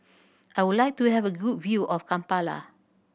I would like to have a good view of Kampala